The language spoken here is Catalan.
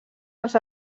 als